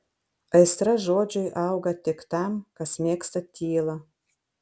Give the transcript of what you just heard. aistra žodžiui auga tik tam kas mėgsta tylą